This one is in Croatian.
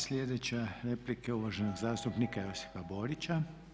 Sljedeća je replika uvaženog zastupnika Josipa Borića.